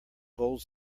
gold